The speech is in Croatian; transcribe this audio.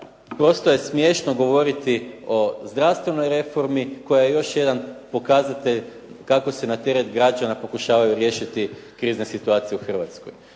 prosto je smiješno govoriti o zdravstvenoj reformi koja je još jedan pokazatelj kako se na teret građana pokušavaju riješiti krizne situacije u Hrvatskoj.